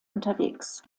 unterwegs